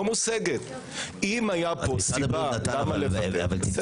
לו הייתה פה סיבה למה לבטל, בסדר.